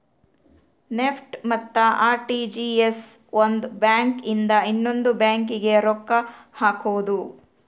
NEFT ಮತ್ತ RTGS ಒಂದ್ bank ಇಂದ ಇನ್ನೊಂದು ಬ್ಯಾಂಕ್ ಗೆ ರೊಕ್ಕ ಹಕೋದು